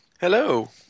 Hello